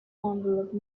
envelope